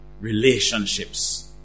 Relationships